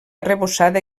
arrebossada